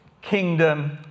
kingdom